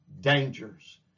dangers